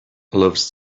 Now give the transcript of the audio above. loves